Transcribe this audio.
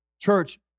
Church